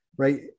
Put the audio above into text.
Right